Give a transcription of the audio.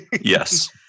Yes